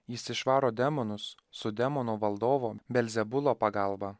jis išvaro demonus su demono valdovo belzebulo pagalba